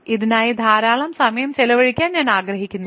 ഇതിനായി ധാരാളം സമയം ചെലവഴിക്കാൻ ഞാൻ ആഗ്രഹിക്കുന്നില്ല